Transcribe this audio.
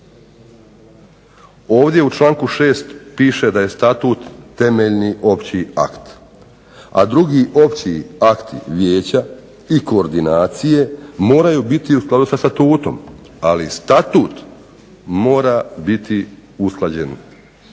Ovdje u članku 6. piše da je Statut temeljni opći akt. A drugi opći akti vijeća i koordinacije moraju biti u skladu sa Statutom, ali Statut mora biti usklađen